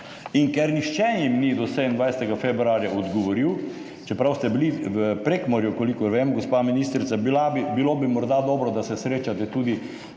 in ker jim nihče do 27. februarja ni odgovoril, čeprav ste bili v Prekmurju, kolikor vem, gospa ministrica, morda bi bilo dobro, da se srečate tudi